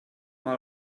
mal